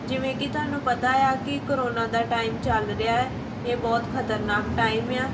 ਜਿਵੇਂ ਕਿ ਤੁਹਾਨੂੰ ਪਤਾ ਆ ਕਿ ਕਰੋਨਾ ਦਾ ਟਾਈਮ ਚੱਲ ਰਿਹਾ ਇਹ ਬਹੁਤ ਖਤਰਨਾਕ ਟਾਈਮ ਆ